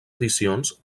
edicions